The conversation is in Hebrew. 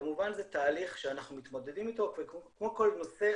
כמובן זה תהליך שאנחנו מתמודדים איתו וכמו כל נושא,